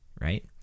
right